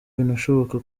binashoboka